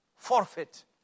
Forfeit